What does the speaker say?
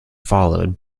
followed